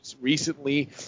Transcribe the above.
recently